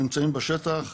נמצאים בשטח,